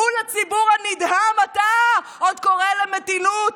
מול הציבור הנדהם, אתה עוד קורא למתינות.